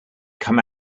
come